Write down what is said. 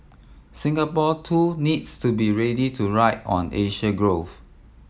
Singapore too needs to be ready to ride on Asia growth